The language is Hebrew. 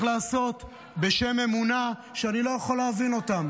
לעשות בשם אמונה שאני לא יכול להבין אותה.